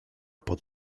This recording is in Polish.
pod